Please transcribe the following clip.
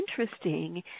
interesting